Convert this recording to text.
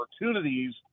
opportunities